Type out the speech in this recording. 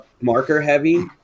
marker-heavy